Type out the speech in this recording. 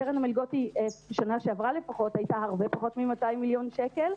קרן המלגות בשנה שעברה הייתה הרבה פחות מ-200 מיליון שקל,